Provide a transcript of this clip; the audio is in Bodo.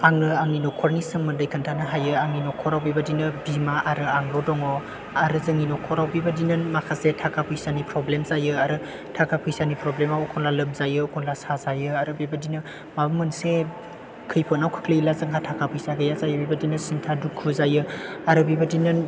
आङो आंनि न'खरनि सोमोन्दै खोन्थानो हायो आंनि न'खराव बेबायदिनो बिमा आरो आंल' दङ आरो जोंनि न'खराव बेबायदिनो माखासे थाखा फैसानि प्रब्लेम जायो आरो थाखा फैसानि प्रब्लेमाव एखनब्ला लोमजायो एखनब्ला साजायो आरो बेबायदिनो माबा मोनसे खैफोदाव खोख्लैयोब्ला जोंहा थाखाय फैसा गैया जायो बेबायदिनो सिन्था दुखु जायो आरो बेबायदिनो